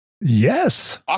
Yes